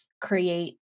create